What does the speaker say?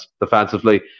defensively